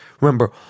Remember